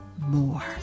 more